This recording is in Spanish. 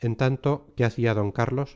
en tanto qué hacía d carlos